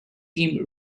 team